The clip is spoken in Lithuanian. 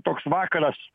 toks vakaras